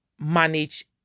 manage